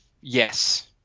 yes